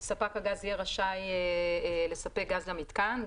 ספק הגז יהיה רשאי לספק גז למיתקן,